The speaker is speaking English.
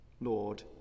Lord